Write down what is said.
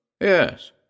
Yes